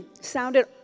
sounded